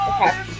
Okay